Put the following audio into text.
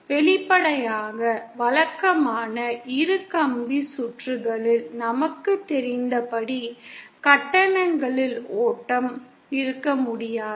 வெளிப்படையாக வழக்கமான இரு கம்பி சுற்றுகளில் நமக்குத் தெரிந்தபடி கட்டணங்களின் ஓட்டம் இருக்க முடியாது